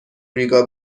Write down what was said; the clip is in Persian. ریگا